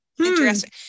Interesting